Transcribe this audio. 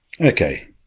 Okay